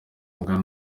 angana